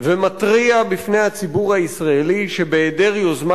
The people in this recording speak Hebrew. ומתריע בפני הציבור הישראלי שבהיעדר יוזמה